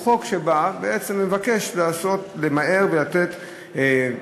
הוא חוק שבא ובעצם מבקש למהר את ועדות